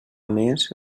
més